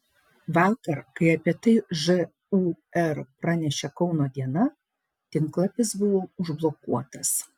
vakar kai apie tai žūr pranešė kauno diena tinklapis buvo užblokuotas